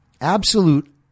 absolute